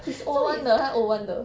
so he's